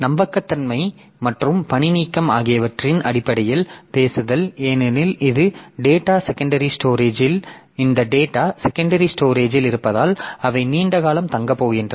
நம்பகத்தன்மை மற்றும் பணிநீக்கம் ஆகியவற்றின் அடிப்படையில் பேசுதல் ஏனெனில் இந்த டேட்டா செகண்டரி ஸ்டோரேஜில் இருப்பதால் அவை நீண்ட காலம் தங்கப் போகின்றன